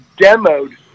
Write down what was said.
demoed